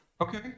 Okay